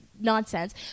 nonsense